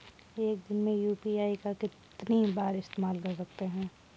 एक दिन में यू.पी.आई का कितनी बार इस्तेमाल कर सकते हैं?